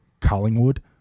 Collingwood